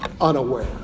unaware